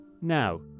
now